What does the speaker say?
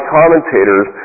commentators